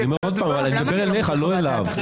אני מדבר אליך, לא אליו.